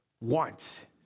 want